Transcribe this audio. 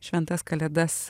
šventas kalėdas